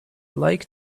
like